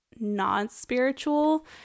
non-spiritual